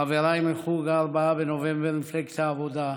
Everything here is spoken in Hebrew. חבריי מחוג הארבעה בנובמבר במפלגת העבודה,